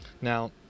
now